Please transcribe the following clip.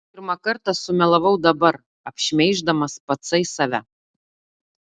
aš pirmąkart sumelavau dabar apšmeiždamas patsai save